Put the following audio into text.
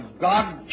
God